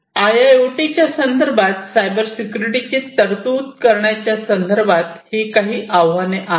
आयआयओटीच्या संदर्भात cyber security ची तरतूद करण्याच्या संदर्भात ही काही आव्हाने आहेत